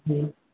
ہوں